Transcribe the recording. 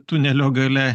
tunelio gale